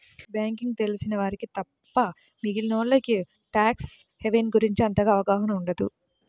banking తెలిసిన వారికి తప్ప మిగిలినోల్లకి ట్యాక్స్ హెవెన్ గురించి అంతగా అవగాహన ఉండదు